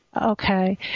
Okay